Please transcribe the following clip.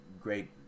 great